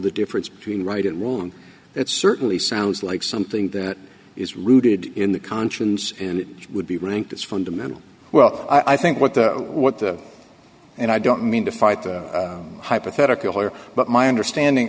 the difference between right and it certainly sounds like something that is rooted in the conscience and it would be ranked as fundamental well i think what the what and i don't mean to fight the hypothetical or but my understanding